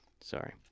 Sorry